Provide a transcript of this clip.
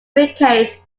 brigades